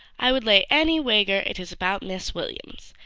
i would lay any wager it is about miss williams.